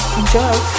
Enjoy